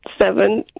Seven